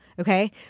okay